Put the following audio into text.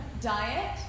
diet